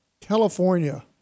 California